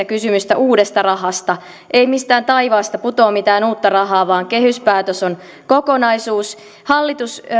kysymystä uudesta rahasta ei mistään taivaasta putoa mitään uutta rahaa vaan kehyspäätös on kokonaisuus hallitus